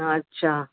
अच्छा